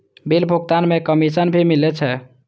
Bill भुगतान में commission भी मिले छै?